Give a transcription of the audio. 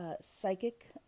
psychic